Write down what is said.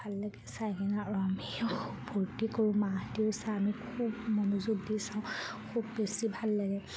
ভাল লাগে চাই কিনে আৰু আমিও খুব ফূৰ্তি কৰোঁ মাহঁতেও চাই আমি খুব মনোযোগ দি চাওঁ খুব বেছি ভাল লাগে